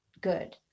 good